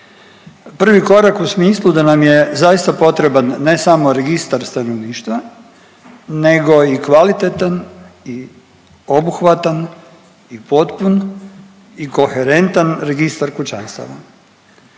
Prvi korak u smislu da nam je zaista potreban ne samo registar stanovništva nego i kvalitetan i obuhvatan i potpun i koherentan registar kućanstava.